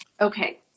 Okay